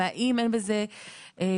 והאם אין בזה פרשנות,